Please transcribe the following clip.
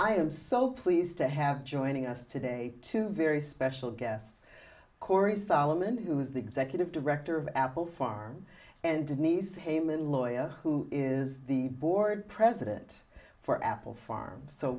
i am so pleased to have joining us today two very special guests corey solomon who's the executive director of apple farm and denise heyman lawyer who is the board president for apple farms so